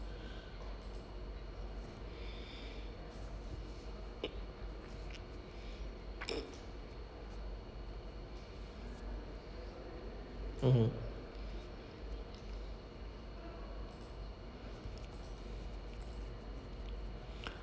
mmhmm